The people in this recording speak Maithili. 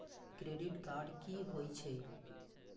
क्रेडिट कार्ड की होय छै?